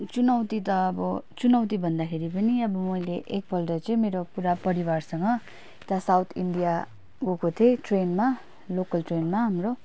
चुनौति त अब चुनौति भन्दाखेरि पनि अब मैले एकपल्ट चाहिँ मेरो पुरा परिवारसँग त्यहाँ साउथ इन्डिया गएको थिएँ ट्रेनमा लोकल ट्रेनमा हाम्रो